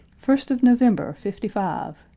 first of november, fifty-five!